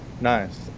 Nice